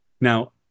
now